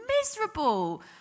miserable